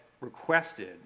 requested